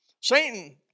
Satan